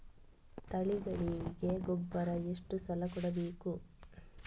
ತಳಿಗಳಿಗೆ ಗೊಬ್ಬರ ಎಷ್ಟು ಸಲ ಕೊಡಬೇಕು?